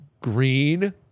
green